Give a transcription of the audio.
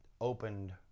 opened